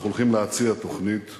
אנחנו הולכים להציע תוכנית מעשית,